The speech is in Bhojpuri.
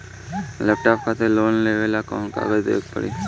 लैपटाप खातिर लोन लेवे ला कौन कौन कागज देवे के पड़ी?